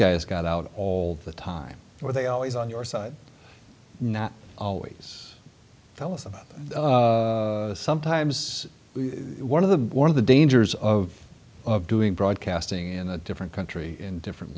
guys got out all the time or they always on your side not always tell us about sometimes one of them one of the dangers of doing broadcasting in a different country in different